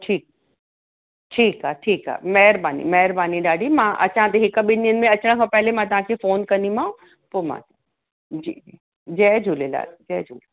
ठीकु ठीकु आहे ठीकु आहे महिरबानी महिरबानी ॾाढी मां अचां थी हिक ॿिन ॾींहनि में अचनि खां पहिरीं मां तव्हांखे फ़ोन कंदीमाव पोइ मां जी जय झूलेलाल जय झूले